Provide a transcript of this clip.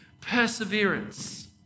perseverance